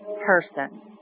person